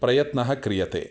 प्रयत्नः क्रियते